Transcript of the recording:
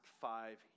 five